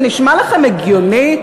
זה נשמע לכם הגיוני?